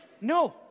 no